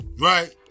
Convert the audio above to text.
Right